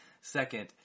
Second